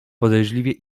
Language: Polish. podejrzliwie